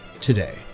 Today